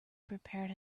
prepared